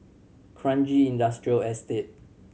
Kranji Industrial Estate